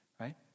right